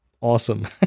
Awesome